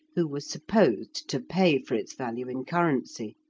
who was supposed to pay for its value in currency.